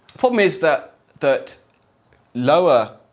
problem is that. that lower.